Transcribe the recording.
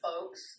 folks